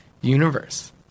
universe